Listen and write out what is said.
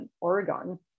Oregon